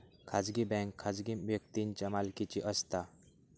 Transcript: खाजगी बँक खाजगी व्यक्तींच्या मालकीची असता